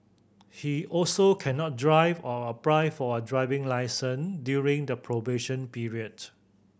he also cannot drive or apply for a driving licence during the probation period